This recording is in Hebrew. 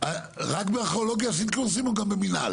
אבל ממש לכולם.